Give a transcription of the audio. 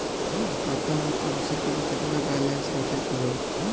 खाता में कम से कम केतना बैलेंस रखे के होईं?